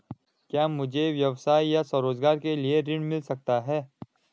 क्या मुझे व्यवसाय या स्वरोज़गार के लिए ऋण मिल सकता है?